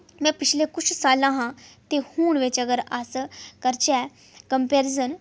में पिछले कुश सालां हां ते हून बिच्च अगर अस करचै कम्पैरीसन